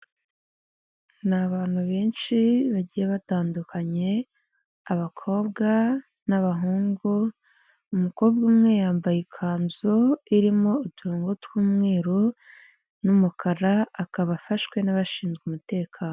Ni abantu benshi bagiye batandukanye abakobwa n'abahungu, umukobwa umwe yambaye ikanzu irimo uturongo tw'umweru n'umukara akaba afashwe n'abashinzwe umutekano.